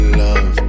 love